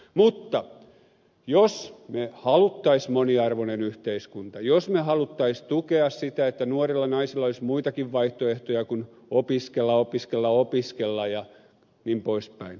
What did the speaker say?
mutta jos haluttaisiin moniarvoinen yhteiskunta jos haluttaisiin tukea sitä että nuorilla naisilla olisi muitakin vaihtoehtoja kuin opiskella opiskella opiskella jnp